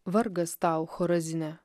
vargas tau chorazine